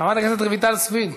חברת הכנסת רויטל סויד.